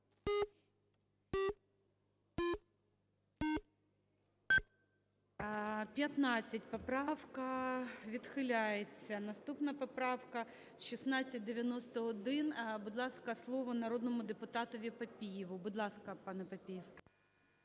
За-15 Поправка відхиляється. Наступна поправка 1691. Будь ласка, слово народному депутату Піпієву. Будь ласка, пане Папієв.